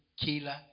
kila